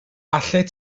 allet